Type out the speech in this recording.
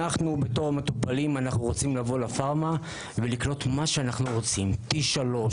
בתור מטופלים אנחנו רוצים לבוא לפארמה ולקנות מה שאנחנו רוצים T3,